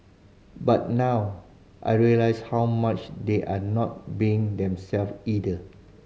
but now I realise how much they're not being themselves either